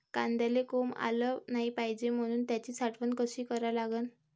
कांद्याले कोंब आलं नाई पायजे म्हनून त्याची साठवन कशी करा लागन?